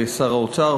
שר האוצר,